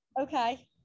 Okay